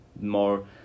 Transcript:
more